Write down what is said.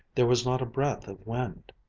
there was not a breath of wind.